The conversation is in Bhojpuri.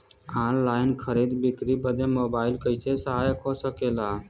ऑनलाइन खरीद बिक्री बदे मोबाइल कइसे सहायक हो सकेला?